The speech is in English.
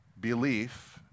belief